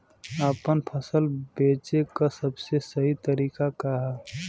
आपन फसल बेचे क सबसे सही तरीका का ह?